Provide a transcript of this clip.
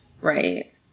Right